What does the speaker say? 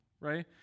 right